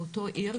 באותו עיר,